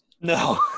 No